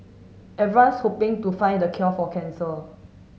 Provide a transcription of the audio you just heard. everyone's hoping to find the cure for cancer